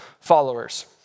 followers